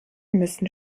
müssen